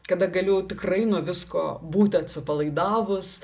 kada galiu tikrai nuo visko būti atsipalaidavus